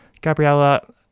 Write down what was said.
Gabriella